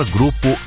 Grupo